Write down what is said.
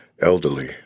elderly